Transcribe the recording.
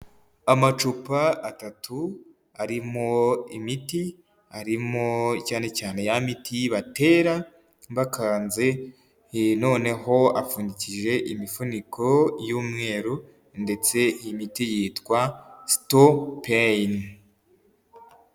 Amacupa atatu arimo imiti, arimo cyane cyane ya miti batera bakanze, noneho apfundikishije imifuniko y'umweru ndetse imiti yitwa Stopain.